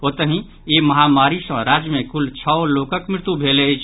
ओतहि ई महामारी सँ राज्य मे कुल छओ लोकक मृत्यु भेल अछि